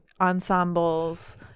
ensembles